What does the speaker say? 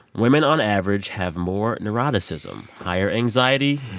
women on average have more neuroticism, higher anxiety,